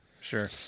sure